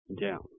down